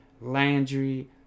Landry